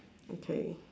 okay